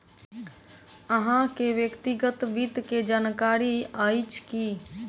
अहाँ के व्यक्तिगत वित्त के जानकारी अइछ की?